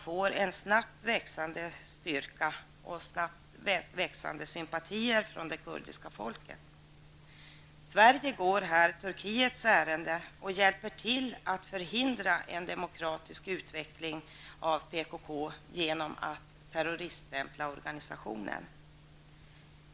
Partiets styrka växer snabbt, och det får växande sympatier från det kurdiska folket. Sverige går här Turkiets ärenden och hjälper till att förhindra en demokratisk utveckling av PKK genom att terroriststämpla organisationen.